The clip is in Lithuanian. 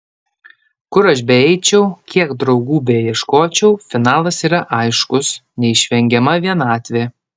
kur aš beeičiau kiek draugų beieškočiau finalas yra aiškus neišvengiama vienatvė